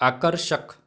आकर्षक